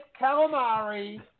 calamari